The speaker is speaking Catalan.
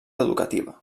educativa